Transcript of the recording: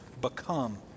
Become